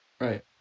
Right